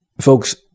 folks